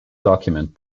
document